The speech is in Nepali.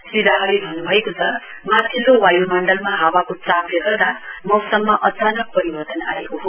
श्री राहले भन्नुभएको छ माथिल्लो वाय्मण्डलमा हावाको चापले गर्दा मौसममा अचानक परिवर्तन आएको छ